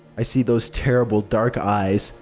i see those terrible, dark eyes.